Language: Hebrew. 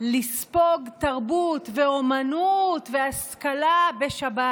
לספוג תרבות ואומנות והשכלה בשבת,